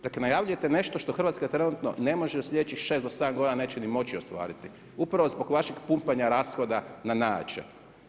Dok najavljujete nešto što Hrvatska trenutno ne može u slijedećih 6 do 7 godina neće ni moći ostvariti, upravo zbog vašem pumpanja rashoda na najjače.